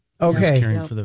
Okay